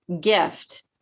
gift